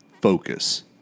focus